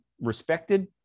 respected